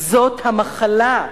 זאת המחלה.